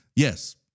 Yes